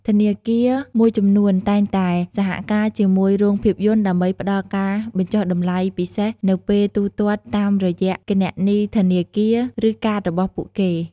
ធនាគារមួយចំនួនតែងតែសហការជាមួយរោងភាពយន្តដើម្បីផ្តល់ការបញ្ចុះតម្លៃពិសេសនៅពេលទូទាត់តាមរយៈគណនីធនាគារ ឬកាតរបស់ពួកគេ។